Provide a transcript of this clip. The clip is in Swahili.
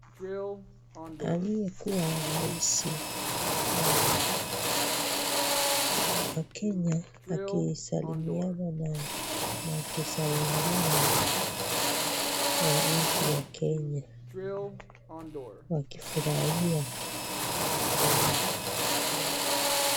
Aliyekuwa rais wa Kenya akisalimiana na maafisa wengine wa nchi ya Kenya wakifurahia pamoja na pongezi.